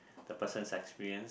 the person's experience